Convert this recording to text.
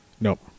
Nope